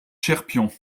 cherpion